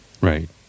Right